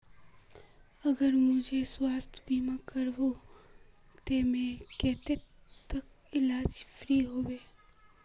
अगर मुई स्वास्थ्य बीमा करूम ते मोर कतेक तक इलाज फ्री होबे?